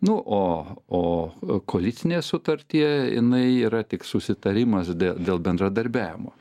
nu o o koalicinėje sutartyje jinai yra tik susitarimas dėl bendradarbiavimo